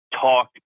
talk